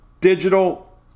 digital